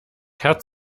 herz